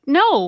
no